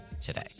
today